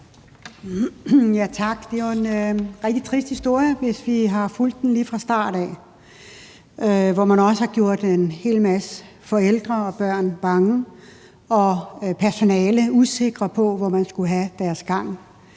Tak. Det er jo en rigtig trist historie – det vil man se, hvis man har fulgt den lige fra starten – hvor man også har gjort en hel masse forældre og børn bange og personale usikre på, hvor de skulle have deres gang.